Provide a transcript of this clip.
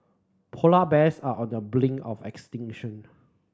polar bears are on the of extinction